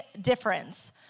difference